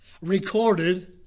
recorded